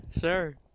sure